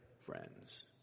friends